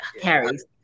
carries